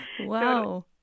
Wow